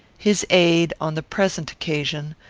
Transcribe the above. his aid, on the present occasion,